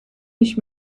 nicht